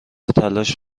تلاش